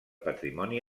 patrimoni